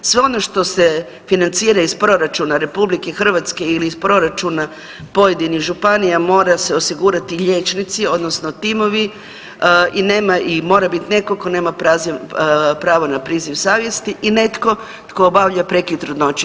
Sve ono što se financira iz proračuna RH ili iz proračuna pojedinih županija mora se osigurati liječnici odnosno timovi i mora biti neko ko nema pravo na priziv savjesti i netko tko obavlja prekid trudnoće.